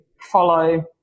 follow